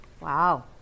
Wow